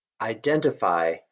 Identify